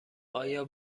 آیا